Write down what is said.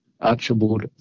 Archibald